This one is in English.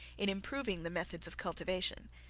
in improving the methods of cultivation,